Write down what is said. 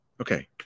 Okay